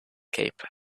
cape